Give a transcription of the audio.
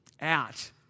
out